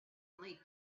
only